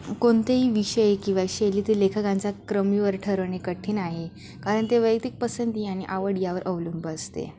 कोणतेही विषय किंवा शैली ते लेखकांचा क्रमीवर ठरवणे कठीण आहे कारण ते वैयक्तिक पसंती आणि आवड यावर अवलंब असते